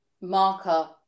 marker